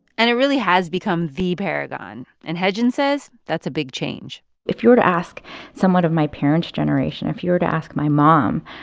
and it really has become the paragon. and heijin says that's a big change if you were to ask someone of my parents' generation, if you were to ask my mom,